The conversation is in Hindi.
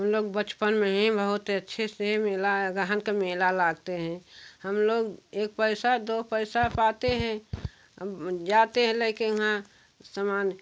हम लोग बचपन में ही बहुत अच्छे से मेला अगहन के मेला लागते हैं हम लोग एक पैसा दो पैसा पाते हैं जाते हैं लेके वहाँ सामान